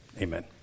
amen